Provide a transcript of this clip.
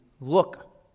look